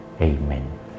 Amen